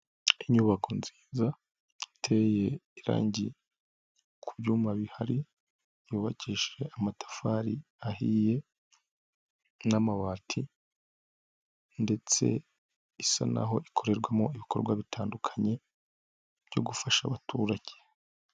Inyubako nziza iteye irangi ku byuma bihari yubakishije amatafari ahiye n'amabati ndetse isa n'aho ikorerwamo ibikorwa bitandukanye byo gufasha abaturage.